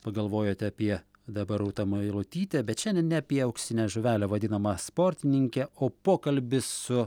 pagalvojote apie dabar rūtą meilutytę bet šiandien ne apie auksinę žuvelę vadinamą sportininkę o pokalbis su